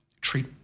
treat